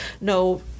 no